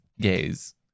gays